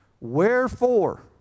Wherefore